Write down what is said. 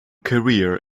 career